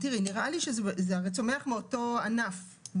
זה הרי צומח מאותו ענף,